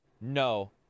no